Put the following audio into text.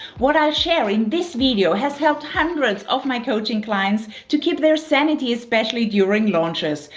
what i'll share in this video has helped hundreds of my coaching clients to keep their sanity, especially during launches.